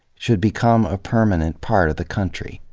should become a permanent part of the country.